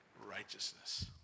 righteousness